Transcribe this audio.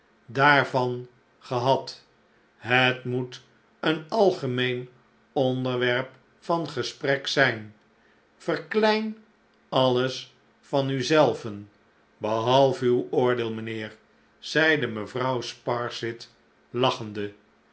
daarvan gehad het moet een algemeen onderwerp van gespiek zijn verklein alles van u zelven behalve uw oordeel mynheer zeide mevrouw sparsit lachende